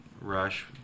Rush